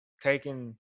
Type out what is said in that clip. taking